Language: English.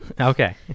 Okay